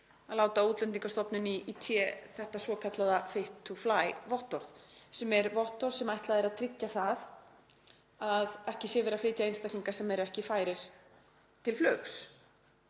að láta Útlendingastofnun í té þetta svokallaða „fit to fly“-vottorð sem er vottorð sem ætlað er að tryggja að ekki sé verið að flytja einstaklinga sem eru ekki færir til flugs